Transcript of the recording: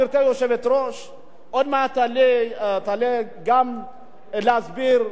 עוד מעט תעלה גם להסביר חברת הכנסת אורית זוארץ.